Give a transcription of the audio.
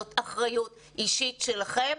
זאת אחריות אישית שלכם,